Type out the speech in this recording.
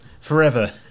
Forever